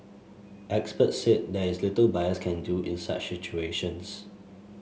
experts said there is little buyers can do in such situations